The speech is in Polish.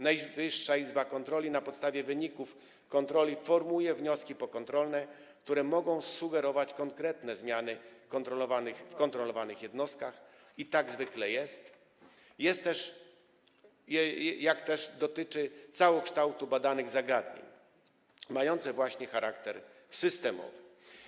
Najwyższa Izba Kontroli na podstawie wyników kontroli formułuje wnioski pokontrolne, które mogą sugerować konkretne zmiany w kontrolowanych jednostkach, i tak zwykle jest, jak też dotyczą całokształtu badanych zagadnień i mają właśnie charakter systemowy.